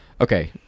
Okay